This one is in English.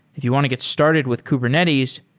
if you want to get started with kubernetes,